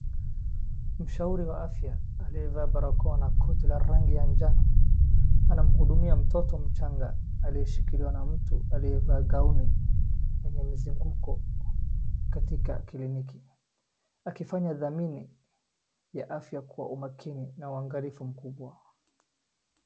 Mshauri wa afya aliyevaa barakoa na koti la rangi ya njano anamhudumia mtoto mchanga aliyeshikiliwa na mtu aliyevaa gauni yenye mizunguko katika kliniki. Akifanya dhamini ya afya kwa umakini na uangalifu mkubwa.